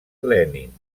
lenin